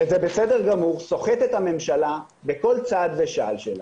וזה בסדר גמור, סוחט את הממשלה בכל צעד ושעל שלה,